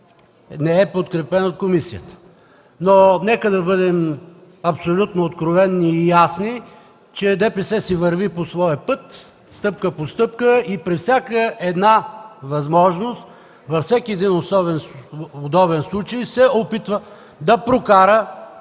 не е подкрепен от комисията, но нека да бъдем абсолютно откровени и ясни, че ДПС си върви по своя път стъпка по стъпка и при всяка възможност, във всеки удобен случай се опитва да прокара,